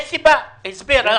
יש סיבה, הסבר?